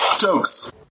Jokes